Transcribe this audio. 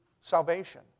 salvation